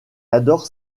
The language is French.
adore